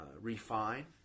refine